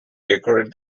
decorate